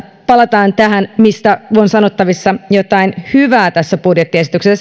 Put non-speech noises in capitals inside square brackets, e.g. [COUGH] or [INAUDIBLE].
palataan tähän mistä on sanottavissa jotain hyvää tässä budjettiesityksessä ja [UNINTELLIGIBLE]